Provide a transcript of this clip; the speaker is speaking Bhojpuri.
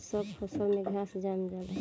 सब फसल में घास जाम जाला